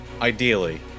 Ideally